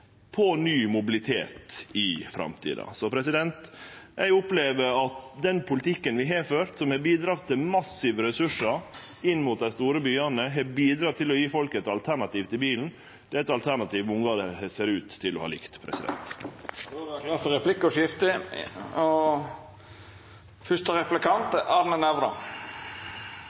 innan ny mobilitet i framtida. Eg opplever at den politikken vi har ført, som har bidrege til massive ressursar inn mot dei store byane, har bidrege til å gje folk eit alternativ til bilen. Det er eit alternativ mange ser ut til å ha likt. Det vert replikkordskifte. Jeg nevnte i mitt innlegg at en åpenbar utfordring for statsråden og for regjeringa er at de bygger disse store firefelts veiene og